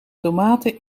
tomaten